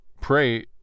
pray